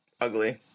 ugly